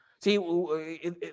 See